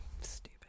Stupid